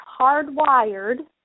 hardwired